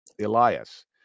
Elias